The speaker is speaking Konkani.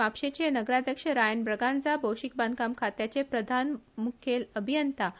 म्हापशेंचे नगराध्यक्ष रायन ब्रागांझा भौशीक बांदकाम खात्याचे प्रधान अभियंता श्री